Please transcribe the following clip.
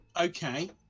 Okay